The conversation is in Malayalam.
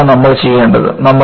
ഇതാണ് നമ്മൾ ചെയ്യുന്നത്